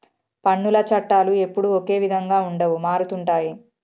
పన్నుల చట్టాలు ఎప్పుడూ ఒకే విధంగా ఉండవు మారుతుంటాయి